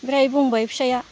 ओमफ्राय बुंबाय फिसाइया